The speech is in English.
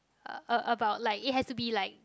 uh a about like it has to be like